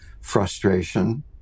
frustration